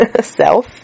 self